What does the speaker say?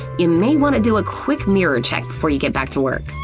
you may want to do a quick mirror check before you get back to work.